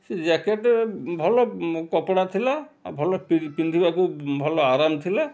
ସେଇ ଜ୍ୟାକେଟ୍ରେ ଭଲ କପଡ଼ା ଥିଲା ଆଉ ଭଲ ପିନ୍ଧିବାକୁ ଭଲ ଆରାମ ଥିଲା